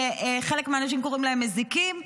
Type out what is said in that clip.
שחלק מהאנשים קוראים להם מזיקים,